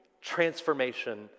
transformation